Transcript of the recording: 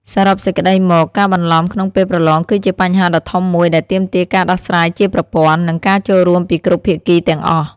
សរុបសេចក្តីមក ការបន្លំក្នុងពេលប្រឡងគឺជាបញ្ហាដ៏ធំមួយដែលទាមទារការដោះស្រាយជាប្រព័ន្ធ និងការចូលរួមពីគ្រប់ភាគីទាំងអស់។